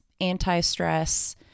anti-stress